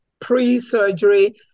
pre-surgery